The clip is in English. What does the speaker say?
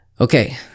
Okay